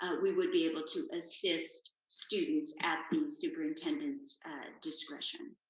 we would be able to assist students at the superintendent's discretion.